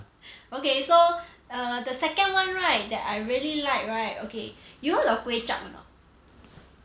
okay so err the second [one] right that I really like right okay you know the kway chap or not